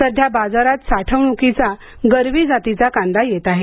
सध्या बाजारात साठवण्कीचा गरवी जातीचा कांदा येत आहे